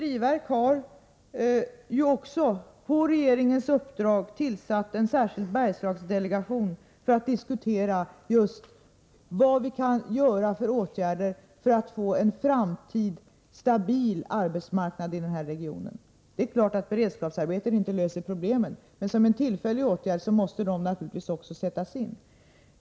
Vidare har statens industriverk, på regeringens uppdrag, tillsatt en särskild Bergslagsdelegation som just skall diskutera vilka åtgärder som kan vidtas för att skapa en framtid och en stabil arbetsmarknad i den aktuella regionen. Det är klart att beredskapsarbeten inte löser problemen. De är naturligtvis tillfälliga åtgärder som måste sättas in.